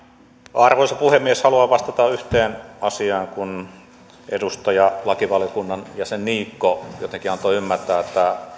arvoisa puhemies haluan vastata yhteen asiaan kun edustaja lakivaliokunnan jäsen niikko jotenkin antoi ymmärtää että